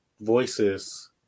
voices